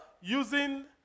using